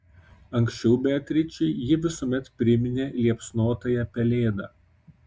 anksčiau beatričei ji visuomet priminė liepsnotąją pelėdą